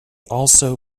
also